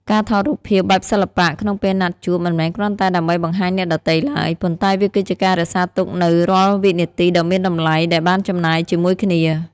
ការថតរូបភាពបែបសិល្បៈ ក្នុងពេលណាត់ជួប មិនមែនគ្រាន់តែដើម្បីបង្ហាញអ្នកដទៃឡើយ ប៉ុន្តែវាគឺជាការរក្សាទុកនូវរាល់វិនាទីដ៏មានតម្លៃដែលបានចំណាយជាមួយគ្នា។